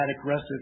aggressive